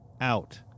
out